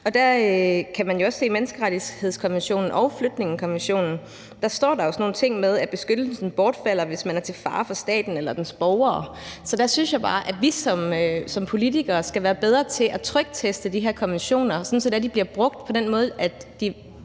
Der kan man jo også se i menneskerettighedskonventionen og flygtningekonventionen, at der står sådan nogle ting som, at beskyttelsen bortfalder, hvis man er til fare for staten eller dens borgere. Så der synes jeg bare, at vi som politikere skal være bedre til at trykteste de her konventioner, sådan at de bliver brugt på den måde, det